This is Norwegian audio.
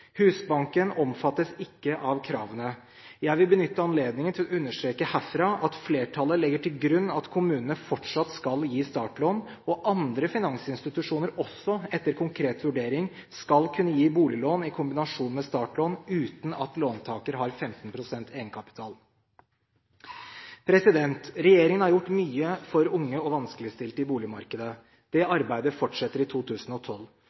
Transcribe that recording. Husbanken omfattes ikke av kravene. Jeg vil benytte anledningen til å understreke herfra at flertallet legger til grunn at kommunene fortsatt skal gi startlån, og andre finansinstitusjoner skal også – etter en konkret vurdering – kunne gi boliglån i kombinasjon med startlån, uten at låntaker har 15 pst. egenkapital. Regjeringen har gjort mye for unge og vanskeligstilte i boligmarkedet. Det arbeidet fortsetter i 2012.